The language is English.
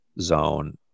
zone